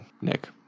Nick